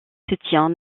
soutiens